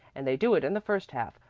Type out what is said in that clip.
and they do it in the first half,